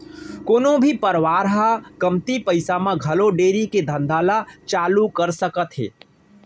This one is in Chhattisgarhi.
कोनो भी परवार ह कमती पइसा म घलौ डेयरी के धंधा ल चालू कर सकत हे